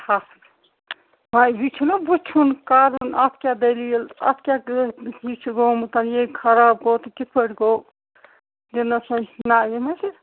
ہفت ؤنۍ یہِ چھُنہٕ وُچھُن کَرُن اَتھ کیٛاہ دٔلیٖل اَتھ کیٛاہ یہِ چھِ گومُت یہِ خراب گوٚو تہٕ کِتھ پٲٹھۍ گوٚو یِنَس ؤنۍ نہ یِنَس ۂے